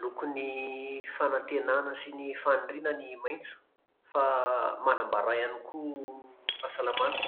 Lokon'ny fanantenana sy ny faniriana ny maitso. Fa manambara ihany koa fahasalamana.